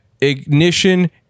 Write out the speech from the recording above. Ignition